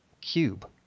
cube